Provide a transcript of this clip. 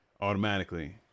automatically